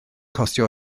costio